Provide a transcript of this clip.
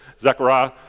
Zechariah